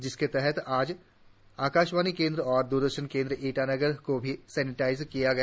जिसके तहत आज आकाशवाणी केन्द्र और द्रदर्शन केंद्र ईटानगर को भी सेनिटाईज किया गया